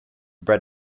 bread